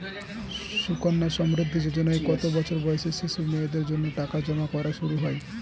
সুকন্যা সমৃদ্ধি যোজনায় কত বছর বয়সী শিশু মেয়েদের জন্য টাকা জমা করা শুরু হয়?